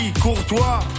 courtois